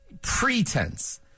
pretense